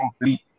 complete